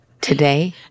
today